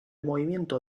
movimiento